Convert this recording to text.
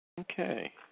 Okay